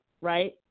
right